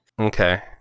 Okay